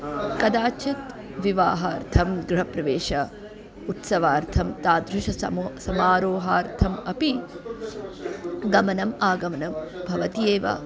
कदाचित् विवाहार्थं गृहप्रवेश उत्सवार्थं तादृशसमू समारोहार्थम् अपि गमनम् आगमनं भवति एव